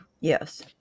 Yes